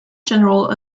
general